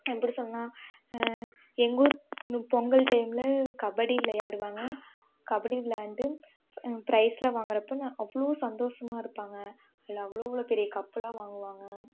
எப்படி சொன்னா எங்கள் ஊர் பொங்கல் டைம்ல கபடி விளையாடுவாங்க கபடி விளாயாண்டு ப்ரைஸ்லாம் வாங்குகிறப்ப அவ்வளோ சந்தோஷமாக இருப்பாங்க அதில் அவ்வளோ அவ்வளோ பெரிய கப்புலாம் வாங்குவாங்க